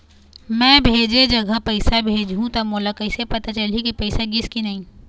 मैं भेजे जगह पैसा भेजहूं त मोला कैसे पता चलही की पैसा गिस कि नहीं?